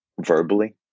verbally